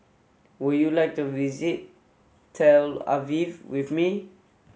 would you like to visit Tel Aviv with me